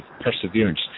perseverance